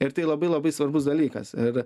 ir tai labai labai svarbus dalykas ir